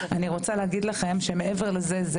אני רוצה להגיד לכם שמעבר לזה,